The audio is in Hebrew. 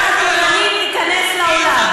שהשרה התורנית תיכנס לאולם.